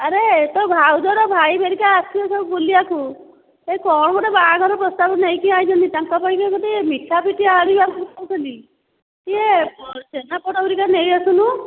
ଆରେ ତୋ ଭାଉଜର ଭାଇ ହେରିକା ଆସିବେ ସବୁ ବୁଲିବାକୁ ଏ କ'ଣ ଗୋଟେ ବାହାଘର ପ୍ରସ୍ତାବ ନେଇକି ଆସିଛନ୍ତି ତାଙ୍କ ପାଇଁକା ଗୋଟେ ମିଠା ପିଠା ଆଣିବାକୁ କହୁଥିଲି ଟିକିଏ ଛେନାପୋଡ଼ ହେରିକା ନେଇ ଆସୁନୁ